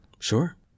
Sure